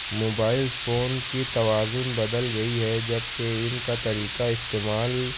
mobile phone کی توازن بدل گئی ہے جبکہ ان کا طریقہ استعمال